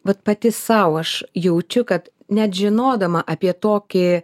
vat pati sau aš jaučiu kad net žinodama apie tokį